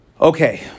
Okay